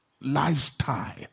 lifestyle